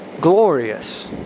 glorious